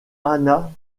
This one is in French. anna